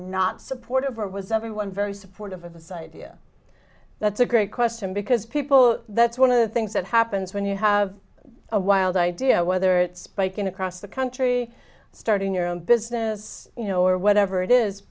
not supportive or was everyone very supportive of the site yeah that's a great question because people that's one of the things that happens when you have a wild idea whether it's biking across the country starting your own business you know or whatever it is